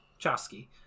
Chosky